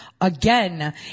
Again